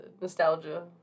Nostalgia